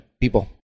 people